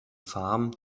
farm